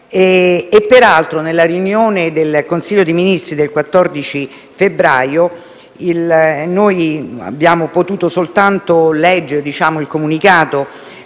proposito della riunione del Consiglio dei ministri del 14 febbraio, abbiamo potuto soltanto leggere il comunicato